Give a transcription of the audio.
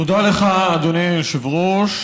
תודה לך, אדוני היושב-ראש.